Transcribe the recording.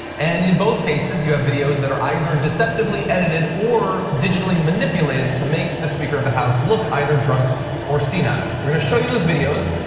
and in both cases, you have videos that are either deceptively edited, or digitally manipulated to make the speaker of the house look either drunk or senile. we're gonna show you those videos